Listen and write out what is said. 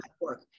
work